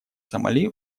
сомали